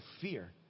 fear